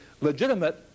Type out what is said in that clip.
legitimate